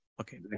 Okay